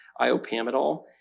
iopamidol